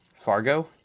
Fargo